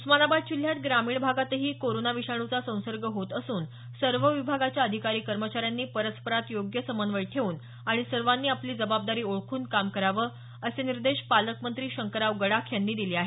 उस्मानाबाद जिल्ह्यात ग्रामीण भागातही कोरोना विषाणूचा संसर्ग होत असून सर्व विभागाच्या अधिकारी कर्मचाऱ्यांनी परस्परात योग्य समन्वय ठेऊन आणि सर्वांनी आपली जबाबदारी ओळखून काम करावं असे निर्देश पालकमंत्री शंकरराव गडाख यांनी दिले आहेत